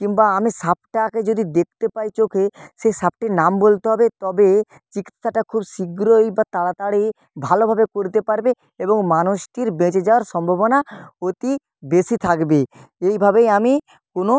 কিংবা আমি সাপটাকে যদি দেখতে পায় চোখে সেই সাপটির নাম বলতে হবে তবে চিকিৎসাটা খুব শীঘ্রই বা তাড়াতাড়ি ভালোভাবে করতে পারবে এবং মানুষটির বেঁচে যাওয়ার সম্ভাবনা অতি বেশি থাকবে এইভাবেই আমি কোনো